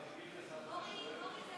נעבור להצעה השנייה, של חבר הכנסת משה יעלון.